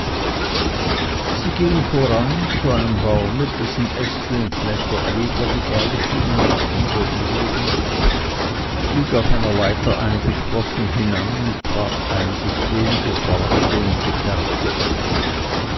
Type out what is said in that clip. sie ging mir voran zu einem baume dessen äste und blätter edler gebaut schienen als die der übrigen stieg auf einer leiter einige sprossen hinan und brach einige schön geformte und gefärbte äpfel